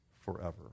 forever